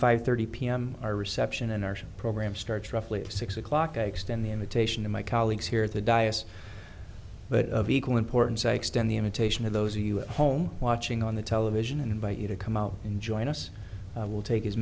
five thirty p m our reception an archon program starts roughly six o'clock i extend the invitation to my colleagues here at the diocese but of equal importance i extend the invitation to those you at home watching on the television and invite you to come out and join us will take as